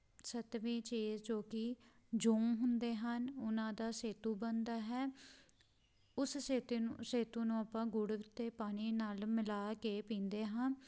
ਸੱਤਵੀਂ ਚੀਜ਼ ਜੋ ਕਿ ਜੌਂ ਹੁੰਦੇ ਹਨ ਉਹਨਾਂ ਦਾ ਸੇਤੂ ਬਣਦਾ ਹੈ ਉਸ ਸੇਤੀ ਨੂੰ ਸੇਤੂ ਨੂੰ ਆਪਾਂ ਗੁੜ ਅਤੇ ਪਾਣੀ ਨਾਲ ਮਿਲਾ ਕੇ ਪੀਂਦੇ ਹਾਂ